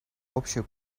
общую